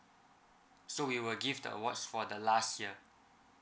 so we will give the award for the last year